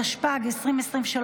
התשפ"ג 2023,